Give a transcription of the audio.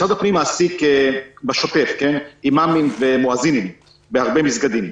משרד הפנים מעסיק בשוטף אימאמים ומואזינים בהרבה מסגדים,